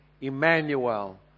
Emmanuel